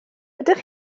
ydych